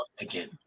again